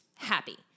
happy